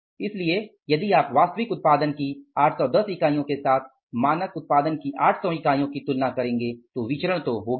इसलिए यदि आप वास्तविक उत्पादन की 810 इकाइयों के साथ मानक उत्पादन की 800 इकाइयों की तुलना करते हैं तो विचरण तो होगा ही